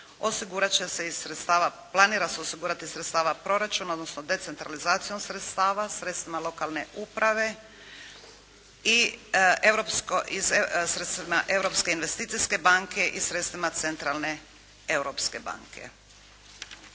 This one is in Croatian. planira se osigurati iz sredstava proračuna, odnosno decentralizacijom sredstava, sredstvima lokalne uprave i sredstvima Europske investicijske banke i sredstvima Centralne europske banke.